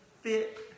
fit